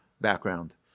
background